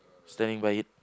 standing by it